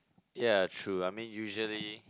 ya true I mean usually